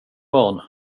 barn